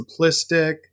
simplistic